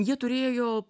jie turėjo